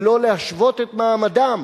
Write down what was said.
ולא להשוות את מעמדם